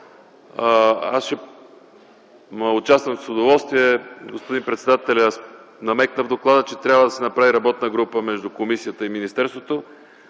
аз ще участвам с удоволствие – господин председателят намекна в доклада, че трябва да се направи работна група между комисията и министерството